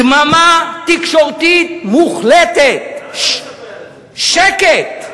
דממה תקשורתית מוחלטת, שקט,